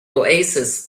oasis